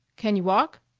can y' walk?